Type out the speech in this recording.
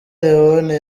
leone